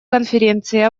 конференции